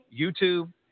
YouTube